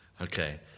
Okay